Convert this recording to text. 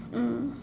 mm